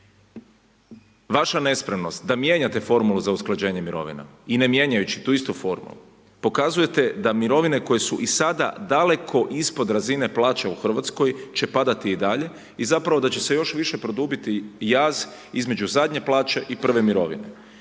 Vaša nespremnost da mijenjate formulu za usklađenje mirovina i ne mijenjajući tu istu formulu, pokazujete da mirovine koje su i sada daleko ispod razine plaća u Hrvatskoj će padati i dalje i zapravo da će se još više produbiti jaz između zadnje plaće i prve mirovine